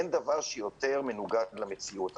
אין דבר שיותר מנוגד למציאות.